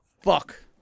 fuck